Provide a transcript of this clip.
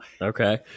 Okay